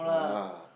ah